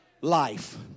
life